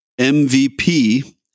MVP